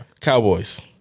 Cowboys